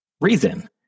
reason